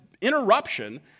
interruption